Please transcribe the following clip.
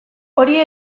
hori